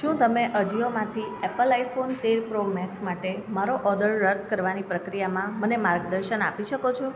શું તમે અજિયોમાંથી એપલ આઇફોન તેર પ્રો મેક્સ માટે મારો ઓર્ડર રદ કરવાની પ્રક્રિયામાં મને માર્ગદર્શન આપી શકો છો